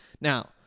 Now